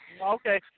Okay